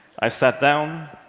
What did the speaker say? i sat down.